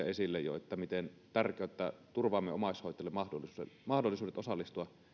esille miten tärkeää on että turvaamme omaishoitajille mahdollisuudet mahdollisuudet osallistua